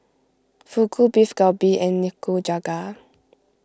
Fugu Beef Galbi and Nikujaga